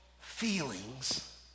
feelings